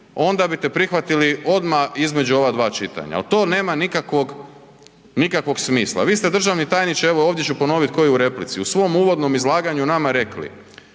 onda bite prihvatili odmah između ova dva čitanja, to nema nikakvog smisla. Vi ste državni tajniče, evo ovdje ću ponoviti ko i u replici u svom uvodnom izlaganju nama rekli,